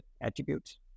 attributes